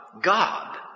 God